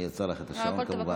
אני עוצר לך את השעון כמובן.